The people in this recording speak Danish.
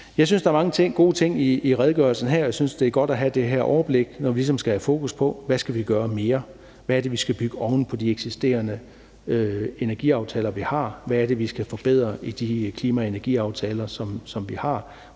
Jeg synes, der er mange gode ting i redegørelsen her. Jeg synes, det er godt at have det overblik, når vi ligesom skal have fokus på, hvad vi skal gøre mere; hvad det er, vi skal bygge oven på de eksisterende energiaftaler, vi har; hvad det er, vi skal forbedre i de klima- og energiaftaler, som vi har;